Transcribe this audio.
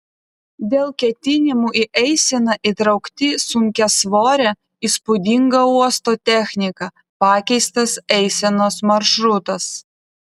dėl ketinimų į eiseną įtraukti sunkiasvorę įspūdingą uosto techniką pakeistas eisenos maršrutas